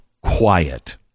quiet